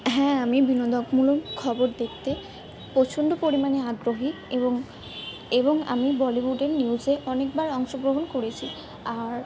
হ্যাঁ আমি বিনোদকমূলক খবর দেখতে প্রচণ্ড পরিমানে আগ্রহী এবং এবং আমি বলিউডের নিউসে অনেকবার অংশগ্রহণ করেছি আর